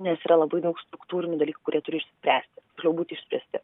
nes yra labai daug struktūrinių dalykų kurie turi išsispręsti tiksliau būti išspręsti